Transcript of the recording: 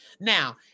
Now